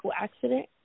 accident